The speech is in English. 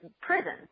prison